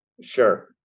Sure